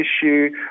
issue